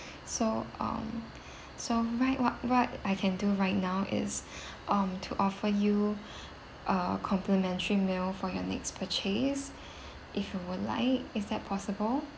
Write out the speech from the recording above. so um so right what what I can do right now is um to offer you a complimentary meal for your next purchase if you would like is that possible